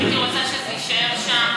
הייתי רוצה שזה יישאר שם,